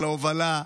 על ההובלה,